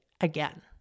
again